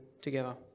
together